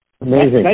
Amazing